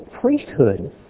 priesthood